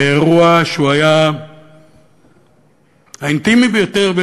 באירוע שהוא היה האינטימי ביותר,